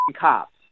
cops